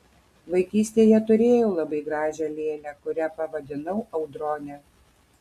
vaikystėje turėjau labai gražią lėlę kurią pavadinau audrone